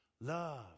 Love